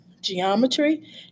geometry